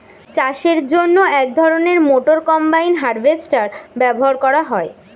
চাষের জন্য এক ধরনের মোটর কম্বাইন হারভেস্টার ব্যবহার করা হয়